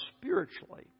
spiritually